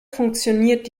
funktioniert